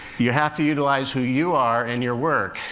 you have to utilize who you are in your work.